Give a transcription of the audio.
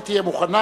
היא תהיה מוכנה.